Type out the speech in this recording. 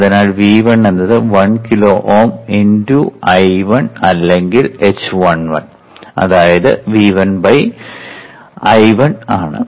അതിനാൽ V1 എന്നത് 1 kilo Ω × I1 അല്ലെങ്കിൽ h11 അതായത് V1 I1 ആണ്